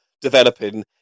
developing